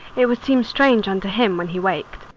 it would seem strange unto him when he wak'd.